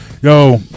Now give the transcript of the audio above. Yo